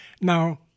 Now